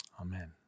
Amen